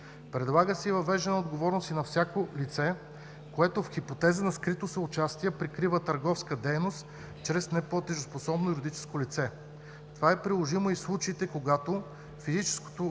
Предлага се и въвеждане на отговорност на всяко лице, което в хипотеза на скрито съучастие, прикрива търговска дейност чрез неплатежоспособно юридическо лице. Това е приложимо и в случаите, когато физическото